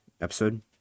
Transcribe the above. episode